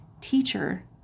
teacher